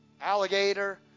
Alligator